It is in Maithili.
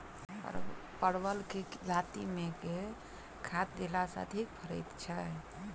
परवल केँ लाती मे केँ खाद्य देला सँ अधिक फरैत छै?